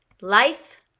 Life